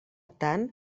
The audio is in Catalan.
tant